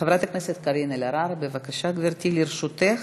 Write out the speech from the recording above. חברת הכנסת קארין אלהרר, בבקשה גברתי, לרשותך